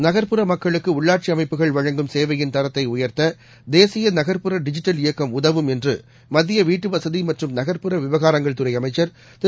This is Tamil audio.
நகர்ப்புற மக்களுக்கு உள்ளாட்சி அமைப்புகள் வழங்கும் சேவையின் தரத்தை உயர்த்த தேசிய நகர்ப்புற டிஜிட்டல் இயக்கம் உதவும் என்று மத்திய வீட்டு வசதி மற்றும் நகர்ப்புற விவகாரங்கள் துறை அமைச்சர் திரு